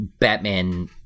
Batman